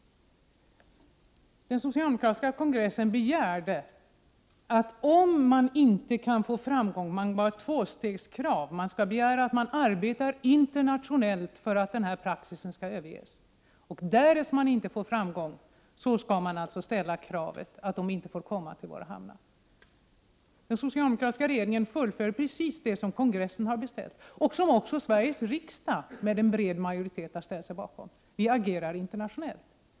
Den socialdemokratiska partikongressen ställde ett krav i två steg. Man skall begär ett internationellt arbete för att gällande praxis överges. Därest framgång inte uppnås skall man ställa kravet att fartygen i fråga inte får anlöpa våra hamnar. Den socialdemokratiska regeringen fullföljer precis vad kongressen har beställt och uppfyller för övrigt det krav som en bred majoritet i Sveriges riksdag har ställt sig bakom. Vi agerar internationellt.